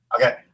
Okay